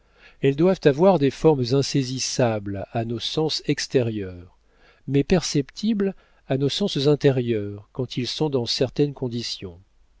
elles doivent avoir des formes insaisissables à nos sens extérieurs mais perceptibles à nos sens intérieurs quand ils sont dans certaines conditions